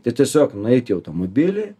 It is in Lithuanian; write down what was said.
tai tiesiog nueit į automobilį